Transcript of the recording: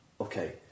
okay